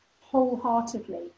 wholeheartedly